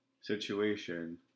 situation